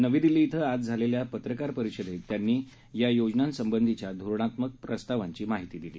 नवी दिल्ली इथं आज झालेल्या पत्रकार परिषदेत त्यांनी आज या योजनांसंबंधिच्या धोरणात्मक प्रस्तावांची माहिती दिली